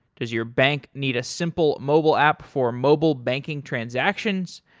does your bank need a simple mobile app for mobile banking transactions?